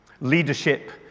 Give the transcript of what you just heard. leadership